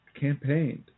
campaigned